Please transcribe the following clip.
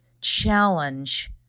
challenge